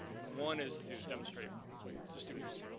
one is to demonstrate to students